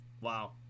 wow